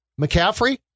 McCaffrey